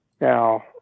Now